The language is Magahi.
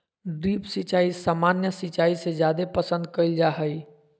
ड्रिप सिंचाई सामान्य सिंचाई से जादे पसंद कईल जा हई